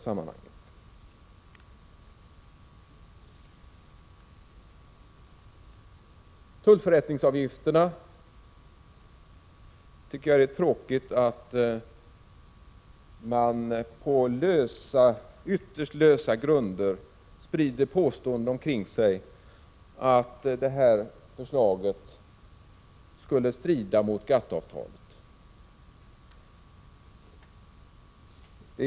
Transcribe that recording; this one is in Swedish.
Så tycker jag det är tråkigt att man på ytterst lösa grunder sprider omkring sig påståenden om att förslaget om tullförrättningsavgifterna skulle strida mot GATT-avtalet.